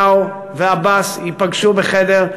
שנתניהו ועבאס ייפגשו בחדר,